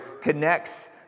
connects